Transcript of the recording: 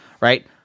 right